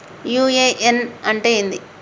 UAN అంటే ఏంది?